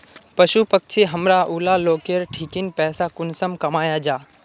पशु पक्षी हमरा ऊला लोकेर ठिकिन पैसा कुंसम कमाया जा?